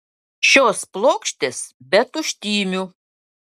šios plokštės be tuštymių